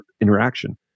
interaction